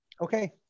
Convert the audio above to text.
okay